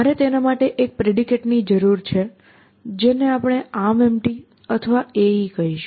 મારે તેના માટે એક પ્રેડિકેટ ની જરૂર છે જેને આપણે ArmEmpty અથવા AE કહીશું